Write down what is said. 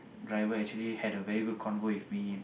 the driver actually had a very good convo with me